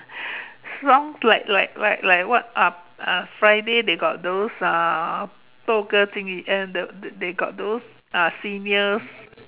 songs like like like like what uh uh Friday they got those uh 斗歌精艺 and they they got those uh seniors